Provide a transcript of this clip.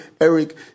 Eric